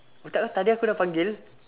otak kau tadi aku dah panggil